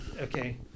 okay